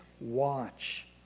watch